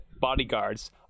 bodyguards